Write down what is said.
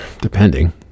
depending